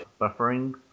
buffering